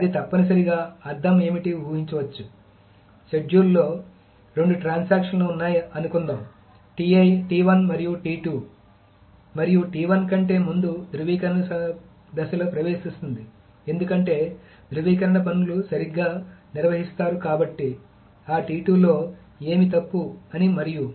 అది తప్పనిసరిగా అర్థం ఏమిటి ఊహించుషెడ్యూల్ లో రెండు ట్రాన్సాక్షన్ లు ఉన్నాయి అనుకుందాం మరియు మరియు కంటే ముందు ధ్రువీకరణ దశలో ప్రవేశిస్తుంది ఎటువంటి ధ్రువీకరణ పనులు సరిగ్గా నిర్వహిస్తారు కాబట్టి ఆ లో ఏమీ తప్పు అని మరియు